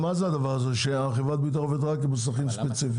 מה זה הדבר הזה שחברת הביטוח עובדת רק עם מוסכים ספציפיים?